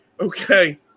Okay